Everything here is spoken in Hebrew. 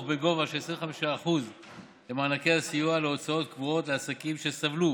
בגובה של 25% למענקי סיוע להוצאות קבועות לעסקים שסבלו